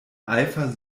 eifer